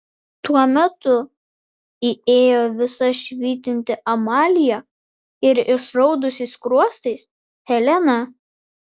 tuo metu įėjo visa švytinti amalija ir išraudusiais skruostais helena